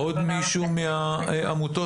עוד מישהו מהעמותות?